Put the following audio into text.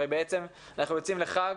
הרי בעצם אנחנו יוצאים לחג,